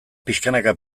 pixkanaka